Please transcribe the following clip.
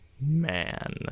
man